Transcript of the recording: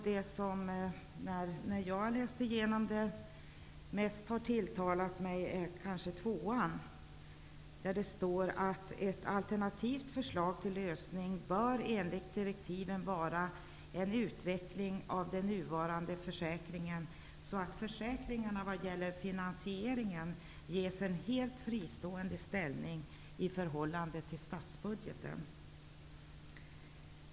Den som tilltalade mig mest när jag läste igenom direktiven är kanske den andra. Det står där att ett alternativt förslag till lösning bör vara en utveckling av den nuvarande försäkringen, så att försäkringarna vad gäller finansieringen ges en helt fristående ställning i förhållande till statsbudgeten.